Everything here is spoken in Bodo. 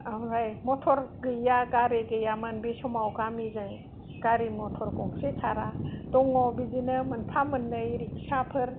आमफ्राय मथर गैया गारि गैयामोन बे समाव गामिजों गारि मथर गंसे खारा दङ बिदिनो मोनफा मोननै रिखसा फोर